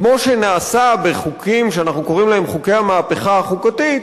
כמו שנעשה בחוקים שאנחנו קוראים להם "חוקי המהפכה החוקתית"